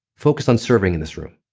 focus on serving in this room,